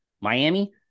Miami